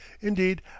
indeed